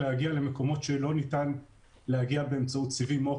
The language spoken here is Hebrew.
להגיע למקומות שאליהם לא ניתן להגיע באמצעות סיבים אופטיים,